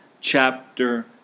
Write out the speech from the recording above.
chapter